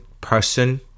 person